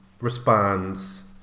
responds